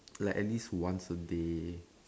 like at least once a day